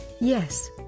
Yes